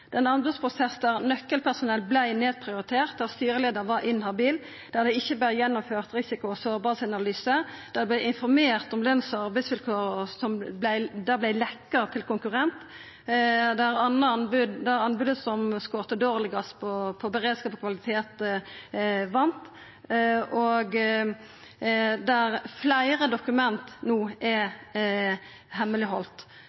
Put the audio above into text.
den prosessen og seier at det godt kan skje igjen, synest eg det er kritikkverdig. Det er ein anbodsprosess der nøkkelpersonell vart nedprioritert, der styreleiaren var inhabil, der det ikkje vart gjennomført risiko- og sårbarheitsanalyse, der det vart informert om løns- og arbeidsvilkår og dette vart lekt til konkurrent, der anbodet som scora dårlegast på beredskap og kvalitet, vann, og der fleire